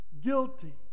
guilty